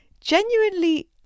genuinely